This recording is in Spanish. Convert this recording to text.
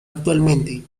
actualmente